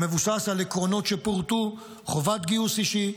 שמבוסס על העקרונות שפורטו: חובת גיוס אישית,